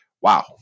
wow